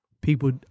people